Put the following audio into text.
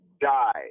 die